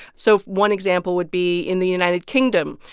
so one example would be in the united kingdom,